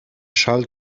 szal